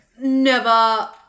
never-